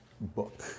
book